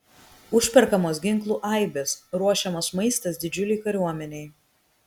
užperkamos ginklų aibės ruošiamas maistas didžiulei kariuomenei